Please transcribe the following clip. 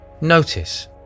notice